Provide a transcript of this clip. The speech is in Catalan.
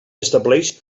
estableix